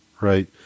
right